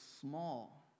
small